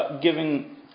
giving